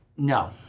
No